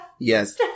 Yes